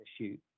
shoot